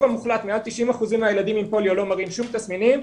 ומעל 90% מהילדים עם פוליו לא מראים שום תסמינים,